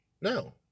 No